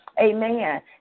Amen